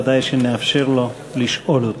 ודאי שנאפשר לו לשאול אותה.